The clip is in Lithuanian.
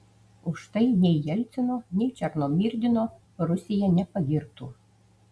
už tai nei jelcino nei černomyrdino rusija nepagirtų